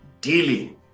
dealing